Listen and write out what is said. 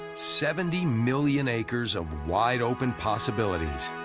seventy million acres of wide-open possibilities.